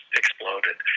exploded